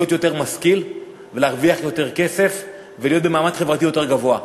יותר משכיל ולהרוויח יותר כסף ולהיות במעמד חברתי גבוה יותר.